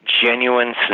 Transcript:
genuine